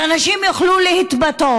שאנשים יוכלו להתבטא,